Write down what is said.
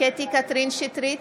קטי קטרין שטרית,